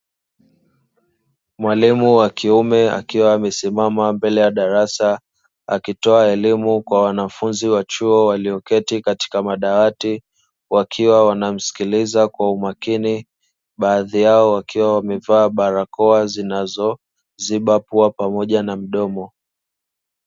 Mwalimu wa kiume akiwa amesimama mbele ya darasa, akitoa elimu kwa wanafunzi wa chuo walioketi katika madawati, wakiwa wanamsikiliza kwa umakini, baadhi yao wakiwa wamevaa barakoa zinazoziba pua pamoja na mdomo.